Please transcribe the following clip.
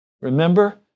Remember